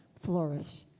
flourish